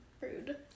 Rude